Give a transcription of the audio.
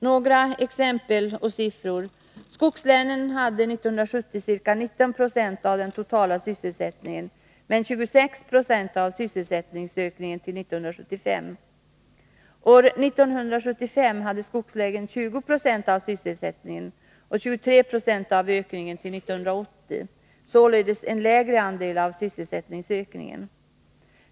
Några exempel och siffror: skogslänen hade 1970 ca 19 96 av den totala sysselsättningen, men 26 Z6 av sysselsättningsökningen till 1975. År 1975 hade skogslänen 20 96 av sysselsättningen och 23 26 av ökningen till 1980 — således en lägre andel av sysselsättningsökningen.